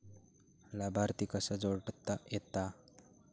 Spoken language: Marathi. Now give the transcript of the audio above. लाभार्थी कसा जोडता येता?